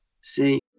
See